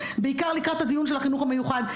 בעיקר לקראת הדיון של החינוך המיוחד.